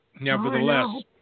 Nevertheless